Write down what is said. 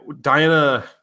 Diana